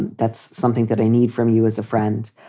that's something that i need from you as a friend.